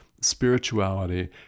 spirituality